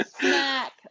snack